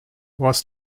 was